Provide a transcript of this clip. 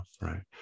right